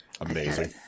Amazing